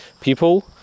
people